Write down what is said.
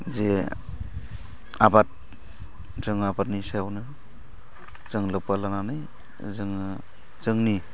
जे आबाद जों आबादनि सायावनो जों लोब्बा लानानै जोङो जोंनि